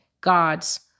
gods